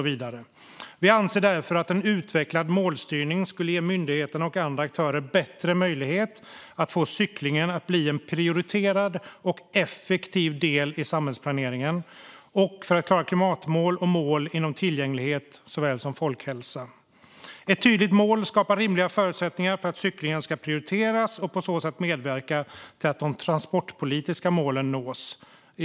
Vi anser därför att en utvecklad målstyrning skulle ge myndigheterna och andra aktörer bättre möjlighet att få cyklingen att bli en prioriterad och effektiv del i samhällsplaneringen, även för att klara klimatmål och mål inom tillgänglighet och folkhälsa. Ett tydligt mål skapar rimliga förutsättningar för att cyklingen ska prioriteras och på så sätt medverka till att de transportpolitiska målen nås.